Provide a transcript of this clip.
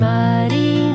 Muddy